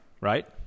right